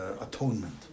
atonement